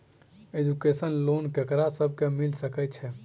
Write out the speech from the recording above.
Education loan ककरा सब केँ मिल सकैत छै?